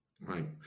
Right